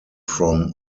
from